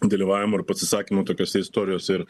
dalyvavimo ir pasisakymų tokiose istorijose ir